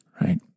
right